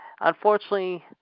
unfortunately